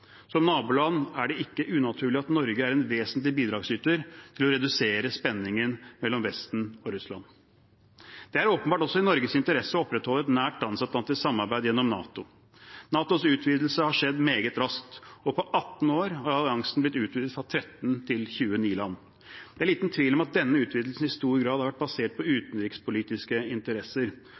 Som naboland er det ikke unaturlig at Norge er en vesentlig bidragsyter i å redusere spenningen mellom Vesten og Russland. Det er åpenbart også i Norges interesse å opprettholde et nært transatlantisk samarbeid gjennom NATO. NATOs utvidelse har skjedd meget raskt, og på 18 år har alliansen blitt utvidet fra 13 til 29 land. Det er liten tvil om at denne utvidelsen i stor grad har vært basert på utenrikspolitiske interesser.